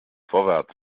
vorwärts